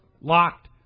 locked